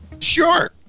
Sure